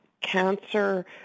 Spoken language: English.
cancer